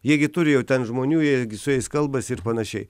jie gi turėjo ten žmonių ir jie gi su jais kalbasi ir panašiai